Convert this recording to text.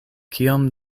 kiom